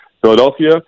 Philadelphia